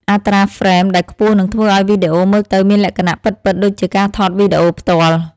អត្រាហ្វ្រេមដែលខ្ពស់នឹងធ្វើឱ្យវីដេអូមើលទៅមានលក្ខណៈពិតៗដូចជាការថតវីដេអូផ្ទាល់។